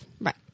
Right